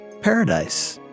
paradise